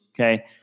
okay